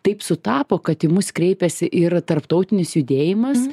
taip sutapo kad į mus kreipėsi ir tarptautinis judėjimas